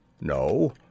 no